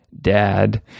Dad